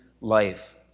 life